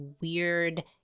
weird